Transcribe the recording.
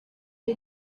the